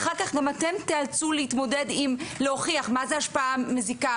אחר כך גם אתם תיאלצו להתמודד עם להוכיח מה זה השפעה מזיקה,